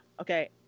okay